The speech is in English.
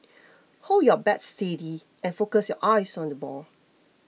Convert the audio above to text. hold your bat steady and focus your eyes on the ball